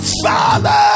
father